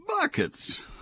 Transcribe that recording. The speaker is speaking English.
Buckets